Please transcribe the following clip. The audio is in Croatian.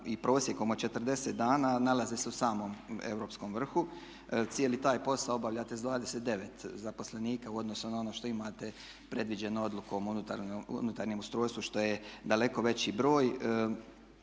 i prosjekom od 40 dana nalaze se u samom europskom vrhu. Cijeli taj posao obavljate s 29 zaposlenika u odnosu na ono što imate predviđeno Odlukom o unutarnjem ustrojstvu što je daleko veći broj.